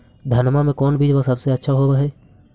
धनमा के कौन बिजबा सबसे अच्छा होव है?